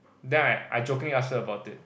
then I I jokingly asked her about it